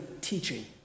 teaching